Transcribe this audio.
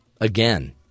again